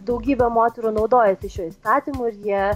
daugybė moterų naudojasi šiuo įstatymu ir jie